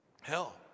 Hell